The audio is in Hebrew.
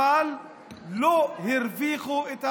אבל לא הרוויחו את העיר.